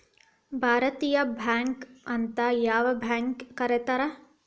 ಭಾರತೇಯ ಬ್ಯಾಂಕ್ ಅಂತ್ ಯಾವ್ ಬ್ಯಾಂಕಿಗ್ ಕರೇತಾರ್?